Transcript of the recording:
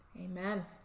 amen